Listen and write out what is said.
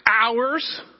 hours